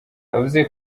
yavuze